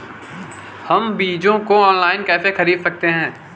हम बीजों को ऑनलाइन कैसे खरीद सकते हैं?